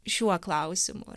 šiuo klausimu